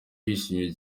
bishimiye